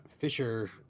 Fisher